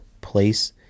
place